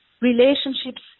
relationships